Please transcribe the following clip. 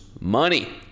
money